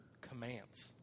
commands